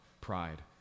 Pride